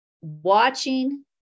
watching